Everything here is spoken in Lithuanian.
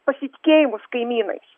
pasitikėjimus kaimynais